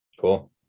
Cool